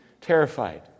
terrified